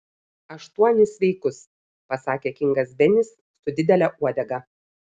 aštuonis sveikus pasakė kingas benis su didele uodega